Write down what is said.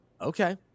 Okay